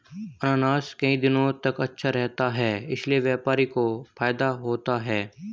अनानास कई दिनों तक अच्छा रहता है इसीलिए व्यापारी को फायदा होता है